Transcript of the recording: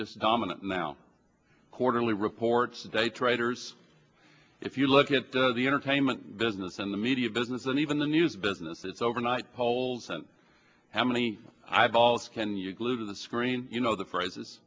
just dominant now quarterly reports day traders if you look at the entertainment business in the media business and even the news business it's overnight polls and how many eyeballs can you glued to the screen you know the p